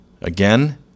again